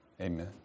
Amen